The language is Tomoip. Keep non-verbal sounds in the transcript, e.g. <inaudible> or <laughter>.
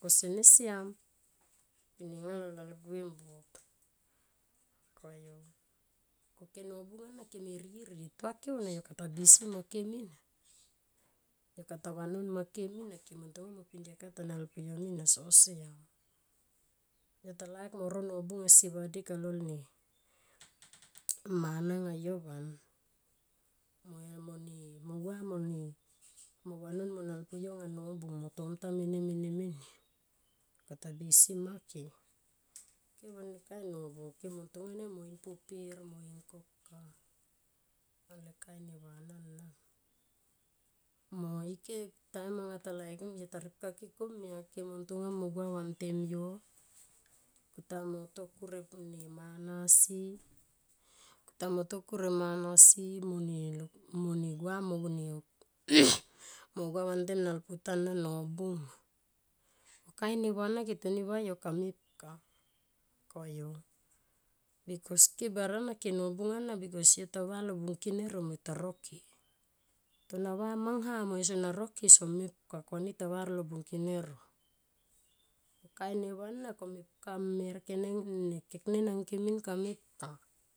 ko sene siam nenga lo lalguem buop, koyu ko nobung ana keme ririe ntuake aunia kata bisi make mina. Yokata vanon moke mina kemo ntonga mo pidia katanalpuyo min a so siam. Yotalaik moro nobung asi vadik alo ne mana anga yo van mo yomone gua mone vanon mo nalpuyo anga nobung mo tomta mene mene menien. Kata bisi make mina, ke vonem kain, kain nobung kemo ntonga nema mo in poper mo homkok ka angale kain neva ana nama moike taim anga talaikim taripka ke komia komontonga mo gua vantem yo kuta moto kur e mana si kuta moto kur e manasi mone gua mone <noise> mogua vantem nalpulta ana nobung ma kain neva ana ketoni va yo kamepka koyu barana ke nobung ana bikos yota valo bungkinero mo yo ta roke tona va mangha mona roke so mepka ko ani yotava bungkinero kain neva ana kamepka mer ne keknen angake min kamepka.